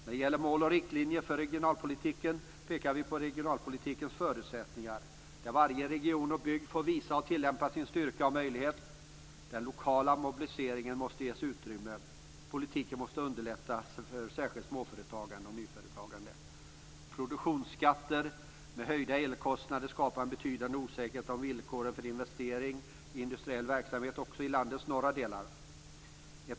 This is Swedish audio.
När det gäller mål och riktlinjer för regionalpolitiken pekar vi på regionalpolitikens förutsättningar, där varje region och bygd får visa och tillämpa sin styrka och möjlighet. Den lokala mobiliseringen måste ges utrymme. Politiken måste underlätta särskilt för små och nyföretagande. Produktionsskatter med höjda elkostnader skapar en betydande osäkerhet om villkoren för investering i industriell verksamhet också i landets norra delar.